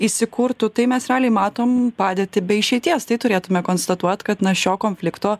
įsikurtų tai mes realiai matom padėtį be išeities tai turėtume konstatuot kad na šio konflikto